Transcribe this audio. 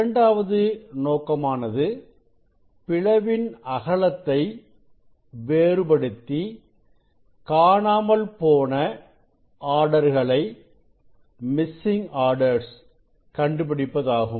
இரண்டாவது நோக்கமானது பிளவின் அகலத்தை வேறுபடுத்தி காணாமல் போன ஆர்டர்களை கண்டு பிடிப்பதாகும்